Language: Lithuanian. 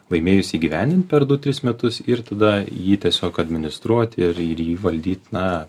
laimėjus įgyvendint per du tris metus ir tada jį tiesiog administruoti ir jį valdyt na